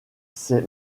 ces